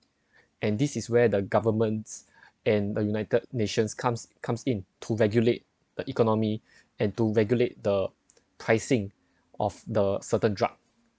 and this is where the governments and the united nations comes comes in to regulate the economy and to regulate the pricing of the certain drug